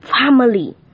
family